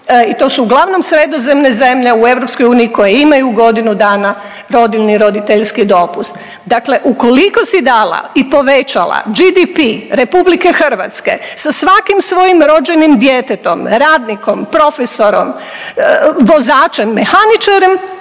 i to su uglavnom sredozemne zemlje u EU koje imaju godinu dana rodiljni/roditeljski dopust. Dakle, ukoliko si dala i povećala GDP RH sa svakim svojim rođenim djetetom, radnikom, profesorom, vozačem, mehaničarem